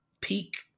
peak